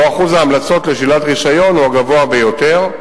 ושם אחוז ההמלצות לשלילת רשיון הוא הגבוה ביותר.